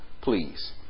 Please